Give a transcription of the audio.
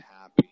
happy